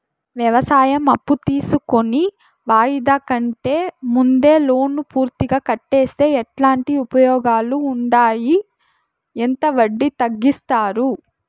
వ్యవసాయం అప్పు తీసుకొని వాయిదా కంటే ముందే లోను పూర్తిగా కట్టేస్తే ఎట్లాంటి ఉపయోగాలు ఉండాయి? ఎంత వడ్డీ తగ్గిస్తారు?